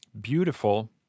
beautiful